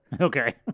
Okay